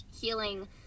healing